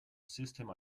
system